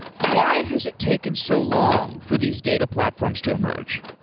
why has it taken so long for these data platforms to emerge?